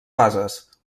fases